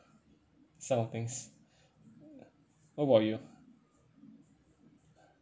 some of the things what about you